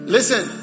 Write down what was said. Listen